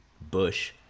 bush